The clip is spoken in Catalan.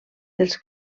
dels